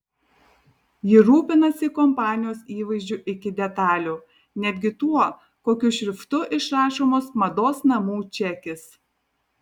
ji rūpinasi kompanijos įvaizdžiu iki detalių netgi tuo kokiu šriftu išrašomas mados namų čekis